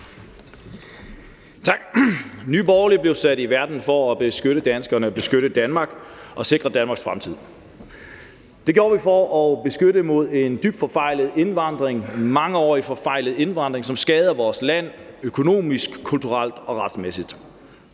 Tak. Nye Borgerlige blev sat i verden for at beskytte danskerne og beskytte Danmark, sikre Danmarks fremtid og for at beskytte mod en mangeårig dybt forfejlet indvandringspolitik, som skader vores land økonomisk, kulturelt og retsmæssigt.